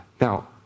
Now